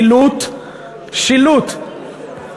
(שילוט),